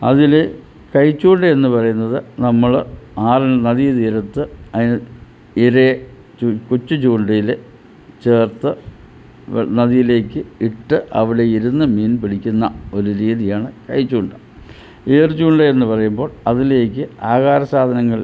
അതിൽ കൈ ചൂണ്ടയെന്ന് പറയുന്നത് നമ്മൾ ആറ് നദീ തീരത്ത് അതിന് ഇരയെ കൊച്ച് ചൂണ്ടയിൽ ചേർത്ത് നദിയിലേക്ക് ഇട്ട് അവിടെ ഇരുന്ന് മീൻ പിടിക്കുന്ന ഒരു രീതിയാണ് കൈ ചൂണ്ട ഏറു ചൂണ്ട എന്ന് പറയുമ്പോൾ അതിലേക്ക് ആഹാര സാധനങ്ങൾ